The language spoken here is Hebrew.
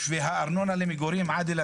הארנונה למגורים עאדל,